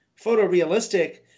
photorealistic